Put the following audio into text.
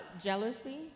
jealousy